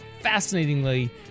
fascinatingly